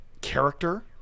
character